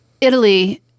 Italy